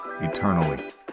eternally